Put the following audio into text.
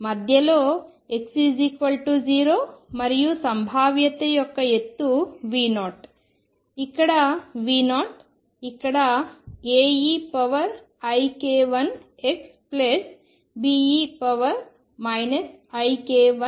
మధ్యలో x0 మరియు సంభావ్యత యొక్క ఎత్తు V0 ఇక్కడ V0 ఇక్కడ Aeik1xBe ik1x వేవ్ ఫంక్షన్ ఉంది